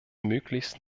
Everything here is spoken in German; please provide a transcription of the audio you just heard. möglichst